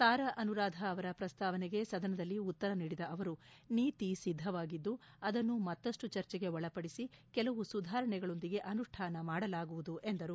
ತಾರಾ ಅನುರಾಧಾ ಅವರ ಪ್ರಸ್ತಾವನೆಗೆ ಸದಸದಲ್ಲಿ ಉತ್ತರ ನೀಡಿದ ಅವರು ನೀತಿ ಸಿದ್ದವಾಗಿದ್ದು ಅದನ್ನು ಮತ್ತಷ್ನು ಚರ್ಚೆಗೆ ಒಳಪಡಿಸಿಕೆಲವು ಸುಧಾರಣೆಗಳೊಂದಿಗೆ ಅನುಷ್ಠಾನ ಮಾಡಲಾಗುವುದು ಎಂದರು